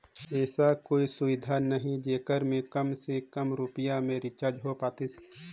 ऐसा कोई सुविधा नहीं जेकर मे काम से काम रुपिया मे रिचार्ज हो पातीस?